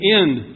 end